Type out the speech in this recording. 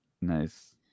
Nice